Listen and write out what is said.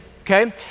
okay